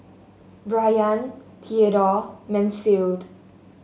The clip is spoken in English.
Brayan Theadore Mansfield